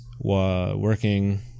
working